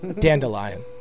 Dandelion